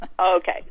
okay